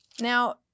Now